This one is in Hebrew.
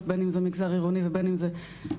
בין אם במגזר העירוני ובין אם בכפרי.